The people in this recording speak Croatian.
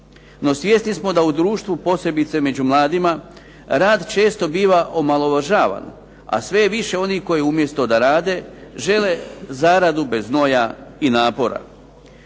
No svjesni smo da u društvu, posebice među mladima, rad često biva omalovažavan, a sve je više onih koji umjesto da rade žele zaradu bez znoja i napora.